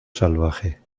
salvaje